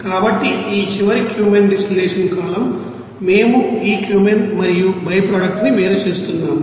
కాబట్టి ఈ చివరి క్యూమెన్ డిస్టిల్లషన్ కాలమ్ మేము ఈ క్యూమెన్ మరియు బై ప్రోడక్ట్ ని వేరు చేస్తున్నాము